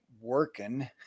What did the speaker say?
working